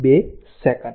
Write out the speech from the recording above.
2 second